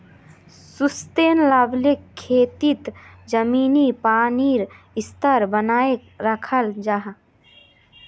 sustainable खेतित ज़मीनी पानीर स्तर बनाए राखाल जाहा